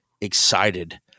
excited